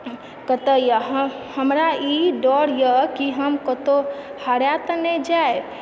कतए य हमरा ई डर य की हम कतौ हेरा तऽ नै जायब